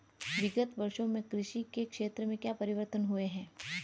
विगत वर्षों में कृषि के क्षेत्र में क्या परिवर्तन हुए हैं?